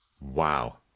Wow